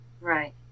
Right